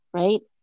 right